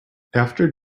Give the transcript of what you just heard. after